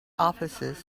officers